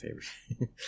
favorite